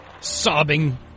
Sobbing